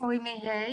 קוראים לי ה'